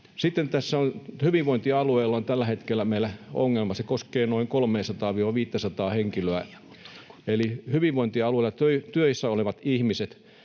Sitten hyvinvointialueilla on tällä hetkellä meillä ongelma. Se koskee noin 300—500:aa henkilöä. Eli hyvinvointialueilla töissä olevat ihmiset